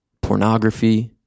pornography